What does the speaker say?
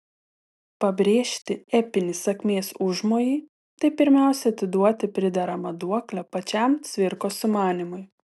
pabrėžti epinį sakmės užmojį tai pirmiausia atiduoti prideramą duoklę pačiam cvirkos sumanymui